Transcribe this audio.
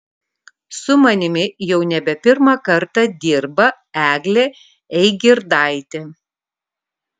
su manimi jau nebe pirmą kartą dirba eglė eigirdaitė